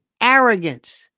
arrogance